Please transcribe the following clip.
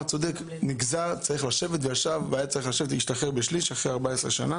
היה צריך לשבת ולהשתחרר בשליש לאחר 14 שנה.